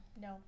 No